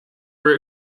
were